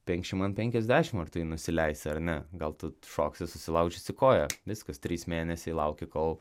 penkšimt ant penkiasdešimt ar tai nusileisi ar ne gal tu šoksi susilaužysi koją viskas trys mėnesiai lauki kol